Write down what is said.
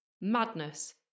madness